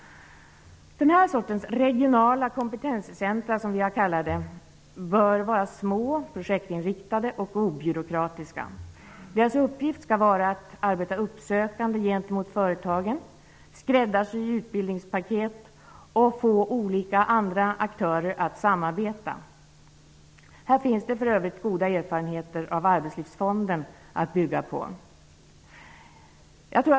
Dessa regionala kunskapscentra, som vi har kallat dem, bör var små, projektinriktade och obyråkratiska. Deras uppgift skall vara att arbeta uppsökande gentemot företagen, att skräddarsy utbildningspaket och att få olika aktörer att samarbeta. Här finns det för övrigt goda erfarenheter gjorda av Arbetslivsfonden att bygga på.